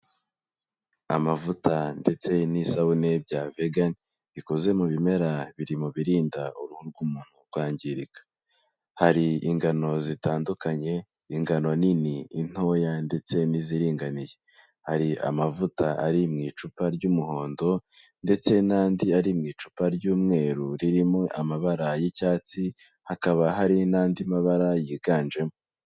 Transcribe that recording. Amavuta ndetse n'isabune bya Vegani bikoze mu bimera biri mu birinda uruhu rw'umuntu rwangirika, hari ingano zitandukanye ingano nini, intoya ndetse n'iziringaniye, hari amavuta ari mu icupa ry'umuhondo ndetse n'andi ari mu icupa ry'umweru ririmo amabara y'icyatsi, hakaba hari n'andi mabara yiganjemo.